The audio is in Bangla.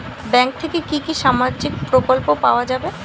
ব্যাঙ্ক থেকে কি কি সামাজিক প্রকল্প পাওয়া যাবে?